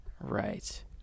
Right